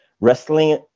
Wrestling